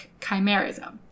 chimerism